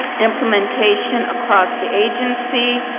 implementation across the agency,